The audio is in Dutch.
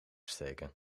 steken